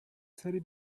سری